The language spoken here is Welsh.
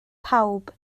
pawb